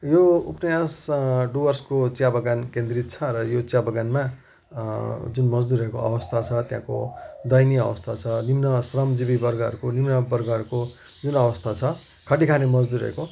यो उपन्यास डुवर्सको चियाबगान केन्द्रित छ र यो चियाबगानमा जुन मजदुरहरूको अवस्था छ त्यहाँको दयनिय अवस्था छ निम्न श्रमजीवी वर्गहरूको निम्न वर्गहरूको जुन अवस्था छ खटि खाने मजदुरहरूको